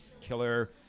killer